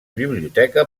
biblioteca